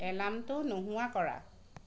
এলাৰ্মটো নোহোৱা কৰা